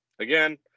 again